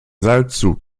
seilzug